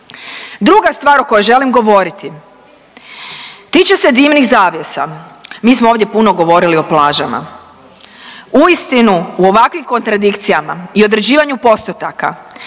Druga stvar o kojoj želim govoriti tiče se dimnih zavjesa. Mi smo ovdje puno govorili o plažama, uistinu u ovakvim kontradikcijama i određivanju postotaka